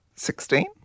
Sixteen